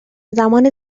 زمان